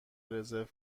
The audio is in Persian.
رزرو